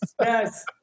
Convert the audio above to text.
Yes